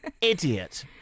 Idiot